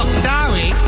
sorry